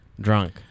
drunk